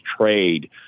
trade